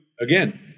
again